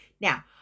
Now